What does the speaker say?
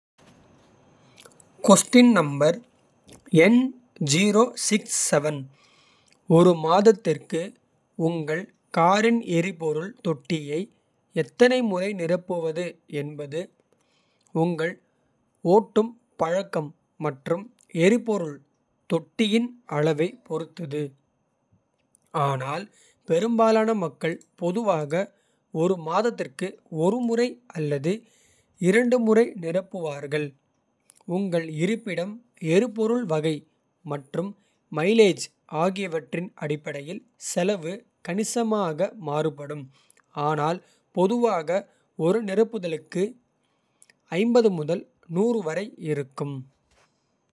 ஒரு மாதத்திற்கு உங்கள் காரின் எரிபொருள். தொட்டியை எத்தனை முறை நிரப்புவது என்பது. உங்கள் ஓட்டும் பழக்கம் மற்றும் எரிபொருள் தொட்டியின். அளவைப் பொறுத்தது ஆனால் பெரும்பாலான மக்கள். பொதுவாக ஒரு மாதத்திற்கு ஒருமுறை அல்லது இரண்டு. முறை நிரப்புவார்கள் உங்கள் இருப்பிடம் எரிபொருள். வகை மற்றும் மைலேஜ் ஆகியவற்றின் அடிப்படையில். செலவு கணிசமாக மாறுபடும் ஆனால் பொதுவாக. ஒரு நிரப்புதலுக்கு $50 முதல் $100 வரை இருக்கும்.